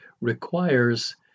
requires